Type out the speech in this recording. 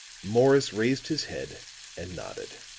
morris raised his head and nodded.